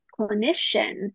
clinician